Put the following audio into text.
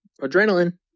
adrenaline